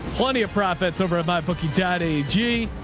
plenty of profits over at my bookie, daddy g.